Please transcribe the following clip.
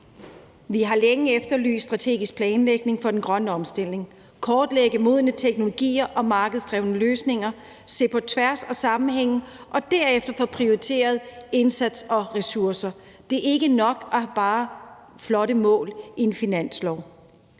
Vi har længe efterlyst strategisk planlægning for den grønne omstilling, en kortlægning af modne teknologier og markedsdrevne løsninger, at der bliver set på tværs af sammenhænge, og at vi derefter får prioriteret indsats og ressourcer. Det er ikke nok bare at have flotte mål i en finanslov.